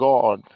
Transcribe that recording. God